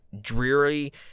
dreary